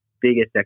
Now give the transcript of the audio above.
biggest